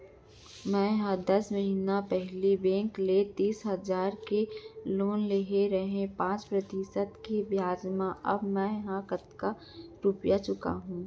मैं दस महिना पहिली बैंक ले तीस हजार के लोन ले रहेंव पाँच प्रतिशत के ब्याज म अब मैं कतका रुपिया चुका हूँ?